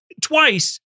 Twice